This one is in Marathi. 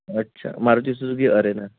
अच्छा मारुती सुझुकी अरेना